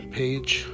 page